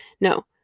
no